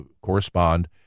correspond